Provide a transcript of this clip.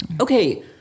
Okay